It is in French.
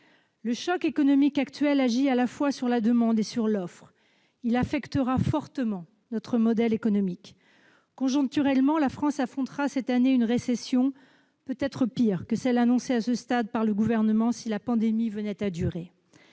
Le choc économique actuel agit à la fois sur la demande et sur l'offre. Il affectera fortement notre modèle économique. Conjoncturellement, la France affrontera cette année une récession, peut-être pire que celle annoncée à ce stade par le Gouvernement, si la pandémie venait à durer.